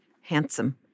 handsome